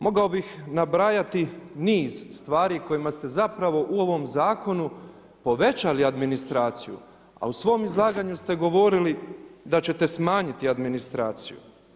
Mogao bih nabrajati niz stvari kojima ste zapravo u ovom zakonu povećali administraciju, a u svom izlaganju ste govorili da ćete smanjiti administraciju.